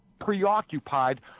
preoccupied